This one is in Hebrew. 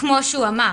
כמו שהוא אמר,